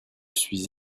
suis